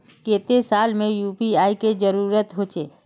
केते साल में यु.पी.आई के जरुरत होचे?